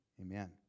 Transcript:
Amen